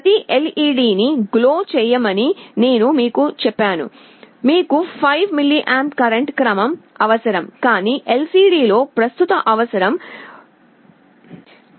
ప్రతి ఎల్ఈడీని గ్లో చేయమని నేను మీకు చెప్పాను మీకు 5 mA కరెంట్ క్రమం అవసరం కాని LCD లో ప్రస్తుతం మైక్రోఅంపేర్ల క్రమం అవసరం